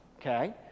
okay